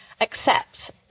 accept